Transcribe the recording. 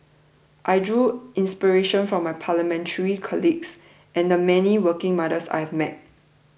I draw inspiration from my Parliamentary colleagues and the many working mothers I have met